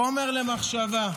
חומר למחשבה.